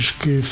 que